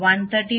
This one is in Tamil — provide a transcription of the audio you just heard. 2 30